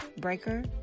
Breaker